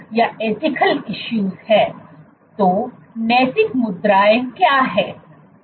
तो नैतिक मुद्दा क्या है